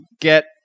get